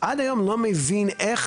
עד היום לא מבין איך